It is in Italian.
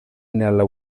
nella